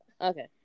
Okay